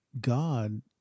God